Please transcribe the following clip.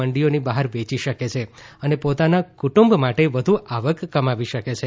મંડીઓની બહાર વેચી શકે છે અને પોતાના કુટુંબ માટે વધુ આવક કમાવી શકે છે